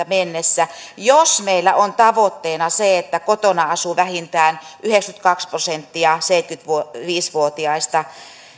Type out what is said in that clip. mennessä jos meillä on tavoitteena se että kotona asuu vähintään yhdeksänkymmentäkaksi prosenttia seitsemänkymmentäviisi vuotiaista